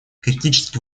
критически